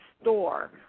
store